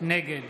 נגד